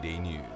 News